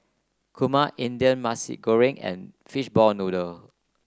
Kurma Indian Mee Goreng and Fishball Noodle